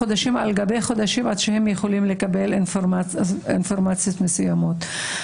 עוברים חודשים עד שהם יכולים לקבל אינפורמציות מסוימות.